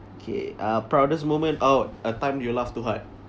okay uh proudest moment oh a time you laughed too hard